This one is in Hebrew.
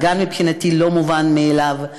גם זה מבחינתי לא מובן מאליו.